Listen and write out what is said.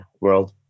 world